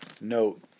note